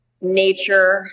nature